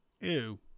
Ew